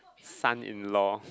son in law